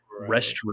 restroom